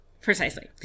Precisely